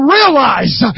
realize